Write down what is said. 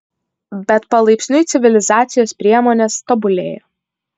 bet palaipsniui civilizacijos priemonės tobulėjo